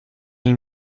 den